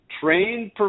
trained